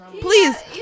please